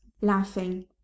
laughing